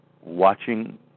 watching